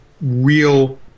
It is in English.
real